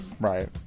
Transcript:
Right